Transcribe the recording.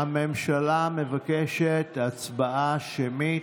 הממשלה מבקשת הצבעה שמית.